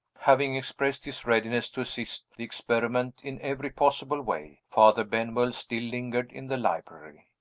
having expressed his readiness to assist the experiment in every possible way, father benwell still lingered in the library.